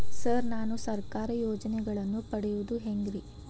Sir ನಾನು ಸರ್ಕಾರ ಯೋಜೆನೆಗಳನ್ನು ಪಡೆಯುವುದು ಹೆಂಗ್ರಿ?